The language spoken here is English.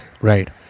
right